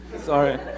sorry